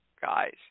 guys